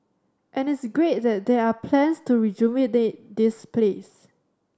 and it's great that there are plans to rejuvenate this place